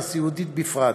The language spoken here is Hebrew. והסיעודית בפרט.